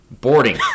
Boarding